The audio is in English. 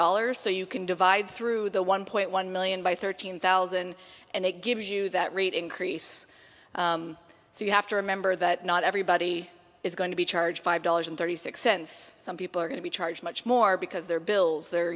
dollars so you can divide through the one point one million by thirteen thousand and it gives you that rate increase so you have to remember that not everybody is going to be charged five dollars and thirty six cents some people are going to be charged much more because their bills the